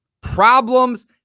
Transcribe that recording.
Problems